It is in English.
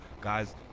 Guys